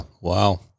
Wow